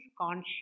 conscious